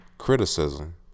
criticism